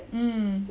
mm